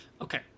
Okay